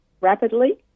rapidly